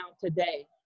today